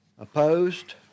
Opposed